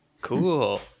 Cool